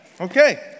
Okay